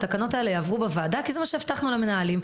התקנות האלה יעברו בוועדה כי זה מה שהבטחנו למנהלים.